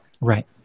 Right